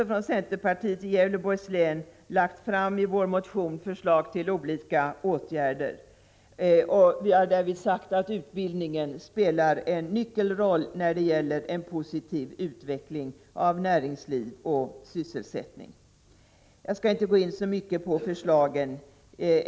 Från centerpartiet i Gävleborgs län har vi lagt fram en motion med förslag till olika åtgärder och därvid sagt att utbildningen spelar en nyckelroll när det gäller en positiv utveckling av näringsliv och sysselsättning. Jag skall inte gå in så mycket på förslagen.